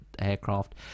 aircraft